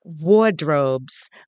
wardrobes